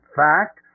fact